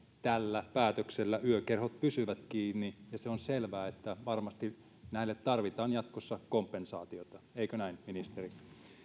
tällä päätöksellä yökerhot pysyvät kiinni ja se on selvää että varmasti näille tarvitaan jatkossa kompensaatioita eikö näin ministeri